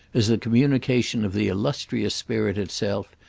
as the communication of the illustrious spirit itself,